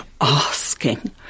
asking